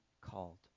called